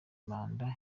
manda